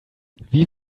wie